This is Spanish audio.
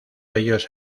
ellos